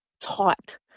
taught